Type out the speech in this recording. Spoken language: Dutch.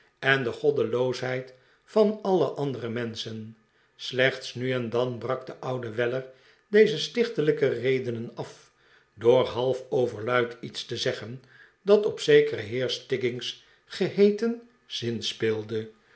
en de goddeloosheid van alle andere menschen slechts nu en dan brak de oude weller deze stichtelijke redenen af door half overbad iets te zeggen dat op zekeren heer stiggins geheeten zinspeelde